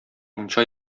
мунча